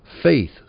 Faith